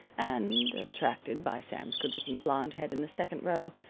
and, attracted by sam's good-looking blond head in the second row,